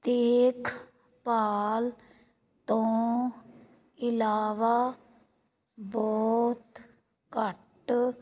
ਦੇਖਭਾਲ ਤੋਂ ਇਲਾਵਾ ਬਹੁਤ ਘੱਟ